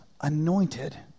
anointed